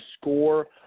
score